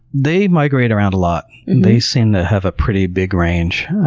they migrate around a lot. they seem to have a pretty big range.